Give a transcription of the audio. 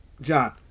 John